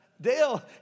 Dale